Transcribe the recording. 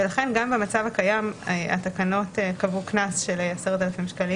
ולכן גם במצב הקיים התקנות קבעו קנס של 10,000 שקלים